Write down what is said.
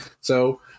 So-